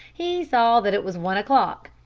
he saw that it was one o'clock,